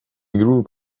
group